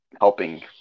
helping